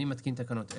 אני מתקין תקנות אלה: